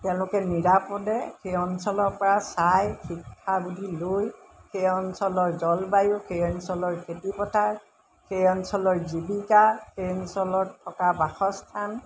তেওঁলোকে নিৰাপদে সেই অঞ্চলৰ পৰা চাই শিক্ষাবুদ্ধী লৈ সেই অঞ্চলৰ জলবায়ু সেই অঞ্চলৰ খেতি পথাৰ সেই অঞ্চলৰ জীৱিকা সেই অঞ্চলৰ থকা বাসস্থান